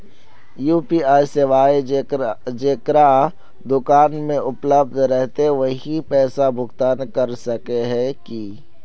UPI सेवाएं जेकरा दुकान में उपलब्ध रहते वही पैसा भुगतान कर सके है की?